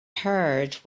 heard